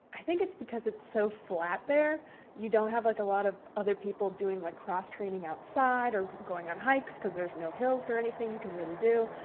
i think it's because it's so flat there you don't have like a lot of other people doing like cross training outside or going on hikes because there's no hills or anything you can really do.